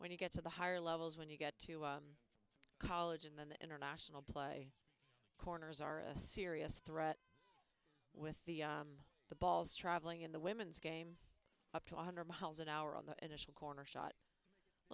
when you get to the higher levels when you get to college and then the international play corners are a serious threat with the the balls traveling in the women's game up to one hundred miles an hour on the initial